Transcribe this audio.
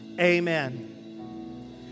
amen